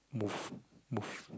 move move